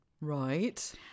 Right